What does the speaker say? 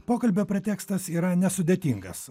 pokalbio pretekstas yra nesudėtingas